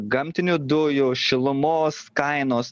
gamtinių dujų šilumos kainos